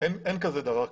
אין דבר כזה.